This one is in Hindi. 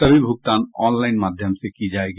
सभी भूगतान ऑनलाइन माध्यम से की जाएगी